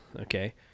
Okay